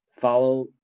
follow